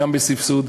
גם בסבסוד.